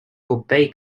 obey